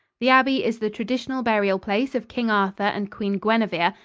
the abbey is the traditional burial-place of king arthur and queen guinevere,